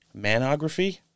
manography